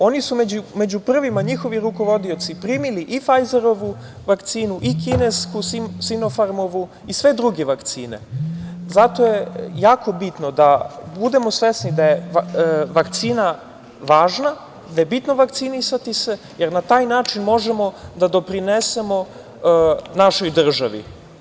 Oni su među prvima, njihovi rukovodioci primili i Fajzerovu vakcinu i kinesku Sinofarm, i sve druge vakcine i zato je jako bitno da budemo svesni da je vakcina važna, da je bitno vakcinisati se, jer na taj način možemo da doprinesemo našoj državi.